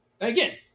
again